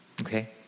Okay